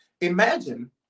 Imagine